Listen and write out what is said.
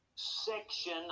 section